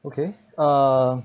okay uh